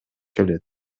келет